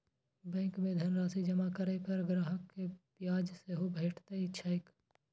bank मे धनराशि जमा करै पर ग्राहक कें ब्याज सेहो भेटैत छैक